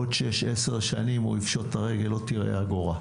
בעוד 6, 10 שנים, יפשוט את הרגל, לא תראה אגורה.